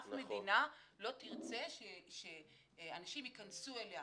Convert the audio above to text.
אף מדינה לא תרצה שאנשים ייכנסו אליה